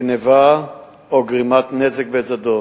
גנבה או גרימת נזק בזדון,